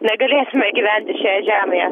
negalėsime gyventi šioje žemėje